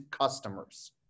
customers